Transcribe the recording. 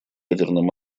ядерным